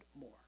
more